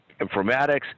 informatics